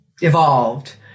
evolved